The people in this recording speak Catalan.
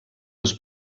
les